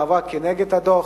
למאבק כנגד הדוח,